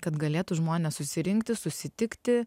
kad galėtų žmones susirinkti susitikti